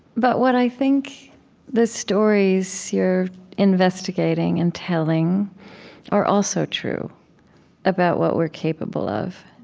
but what i think the stories you're investigating and telling are also true about what we're capable of.